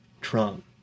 Trump